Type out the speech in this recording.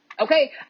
Okay